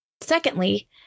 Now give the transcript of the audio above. Secondly